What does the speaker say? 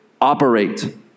operate